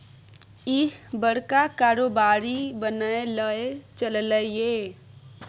इह बड़का कारोबारी बनय लए चललै ये